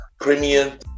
premium